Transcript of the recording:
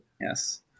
yes